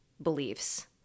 beliefs